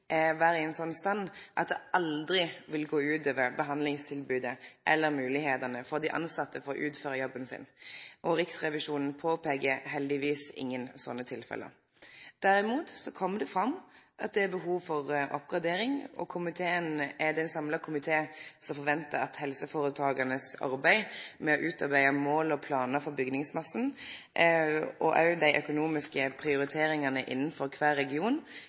vere i ein slik stand at det aldri vil gå ut over behandlingstilbodet eller moglegheitene for dei tilsette til å utføre jobben sin. Riksrevisjonen påpeiker heldigvis ingen sånne tilfelle. Derimot kom det fram at det er behov for oppgradering, og det er ein samla komité som forventar at helseføretaka sitt arbeid med å utarbeide mål og planar for bygningsmassen og òg dei økonomiske prioriteringane innanfor kvar region